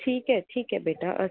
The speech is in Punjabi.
ਠੀਕ ਹੈ ਠੀਕ ਹੈ ਬੇਟਾ ਅ